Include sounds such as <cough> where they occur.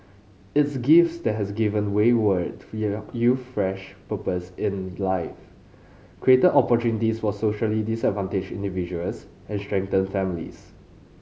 its gifts that has given wayward <unintelligible> youth fresh purpose in life created opportunities for socially disadvantaged individuals and strengthened families